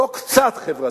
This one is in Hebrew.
לא קצת חברתי,